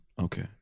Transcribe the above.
okay